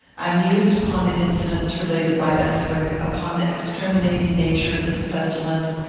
i mused upon the incidents related by estwick, upon the exterminating nature of this pestilence,